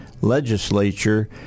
legislature